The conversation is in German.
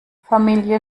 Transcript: familie